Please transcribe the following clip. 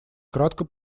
кратко